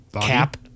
cap